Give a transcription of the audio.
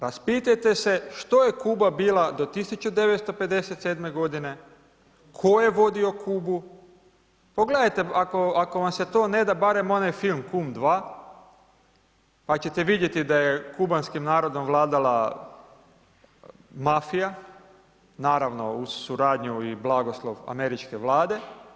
Raspitajte se što je Kuba bila do 1957. godine, ko je vodio Kubu, pogledajte ako vam se to ne da barem onaj film Kum II pa ćete vidjeti da je kubanskim narodom vladala mafija, naravno, uz suradnju i blagoslov američke Vlade.